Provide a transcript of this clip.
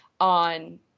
on